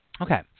Okay